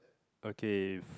okay